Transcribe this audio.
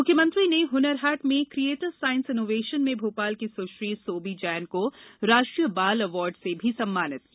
मुख्यमंत्री ने हनर हाट में क्रिएटिव साइंस इनोवेशन में भोपाल की सुश्री सोबी जैन को राष्ट्रीय बाल अवार्ड से भी सम्मानित किया